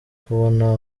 kubona